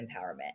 empowerment